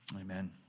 Amen